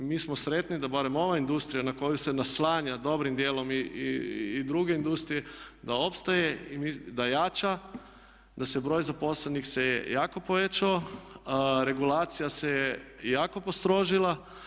Mi smo sretni da barem ova industrija na koju se naslanja dobrim dijelom i druge industrije da opstaje, da jača, da se broj zaposlenih jako povećao, regulacija se jako postrožila.